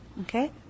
okay